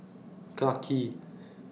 Clarke Quay